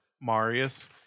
Marius